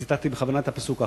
ציטטתי בכוונה את הפסוק האחרון.